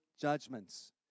judgments